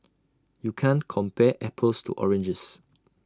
you can't compare apples to oranges